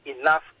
enough